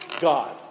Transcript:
God